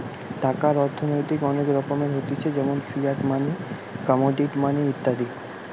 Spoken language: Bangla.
টাকার অর্থনৈতিক অনেক রকমের হতিছে যেমন ফিয়াট মানি, কমোডিটি মানি ইত্যাদি